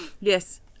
Yes